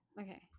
Okay